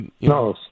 No